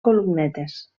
columnetes